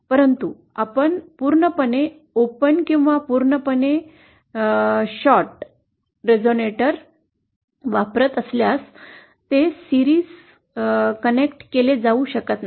परंतु आपण पूर्णपणे ओपन किंवा पूर्णपणे शॉर्ट रेझोनिएटर वापरत असल्यास ते मालिकेत कनेक्ट केले जाऊ शकत नाही